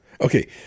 Okay